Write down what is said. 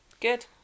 Good